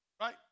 right